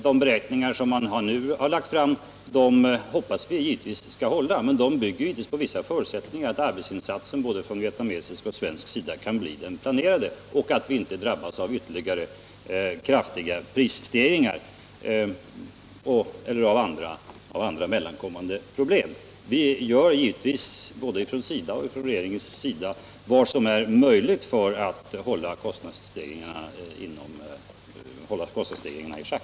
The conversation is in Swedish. De beräkningar som man nu har lagt fram hoppas vi givetvis skall hålla, men de bygger på vissa förutsättningar: t.ex. att insatserna av personal både på svenskt och på vietnamesiskt håll kan bli de planerade och att vi inte drabbas av ytterligare kraftiga prisstegringar eller av andra mellankommande problem. Vi gör givetvis både från SIDA och från regeringen vad som är möjligt för att hålla kostnadsstegringarna i schack.